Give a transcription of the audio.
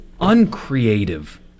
uncreative